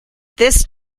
this